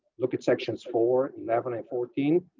look at sections four, eleven and fourteen.